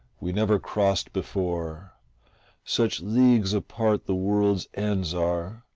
we never crossed before such leagues apart the world's ends are,